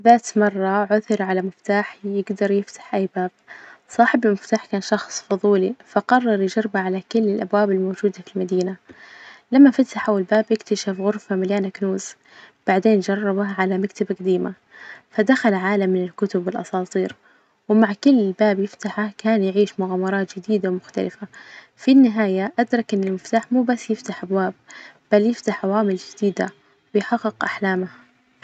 ذات مرة عثر على مفتاح يجدر يفتح أي باب، صاحب المفتاح كان شخص فضولي فقرر يجربه على كل الأبواب الموجودة في المدينة، لما فتحوا الباب إكتشف غرفة مليانة كنوز، بعدين جربه على مكتبة جديمة فدخل عالم للكتب والأساطير، ومع كل باب يفتحه كان يعيش مغامرات جديدة ومختلفة، في النهاية أدرك إن المفتاح مو بس يفتح أبواب بل يفتح عوامل جديدة ويحقق أحلامها.